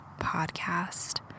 Podcast